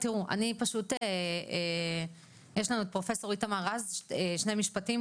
יש לנו את פרופסור איתמר רז לשני משפטים.